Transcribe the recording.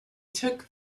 took